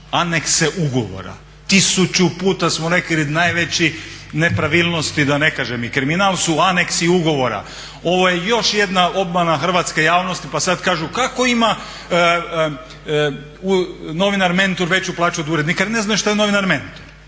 se ne razumije./… od najvećih nepravilnosti, da ne kažem i kriminal su aneksi ugovora. Ovo je još jedna obmana hrvatske javnosti pa sad kažu kako ima novinar mentor veću plaću od urednika? Jer ne znaju što je novinar mentor.